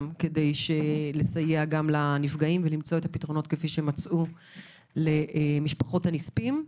כדי לסייע לנפגעים ולמצוא את הפתרונות כפי שמצאו למשפחות הנספים.